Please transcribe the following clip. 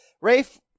Rafe